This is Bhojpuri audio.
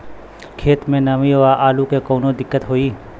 खेत मे नमी स आलू मे कऊनो दिक्कत होई?